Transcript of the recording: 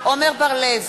עמר בר-לב,